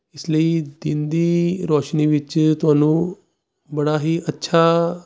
ਇਸ ਲਈ ਦਿਨ ਦੀ ਰੌਸ਼ਨੀ ਵਿੱਚ ਤੁਹਾਨੂੰ ਬੜਾ ਹੀ ਅੱਛਾ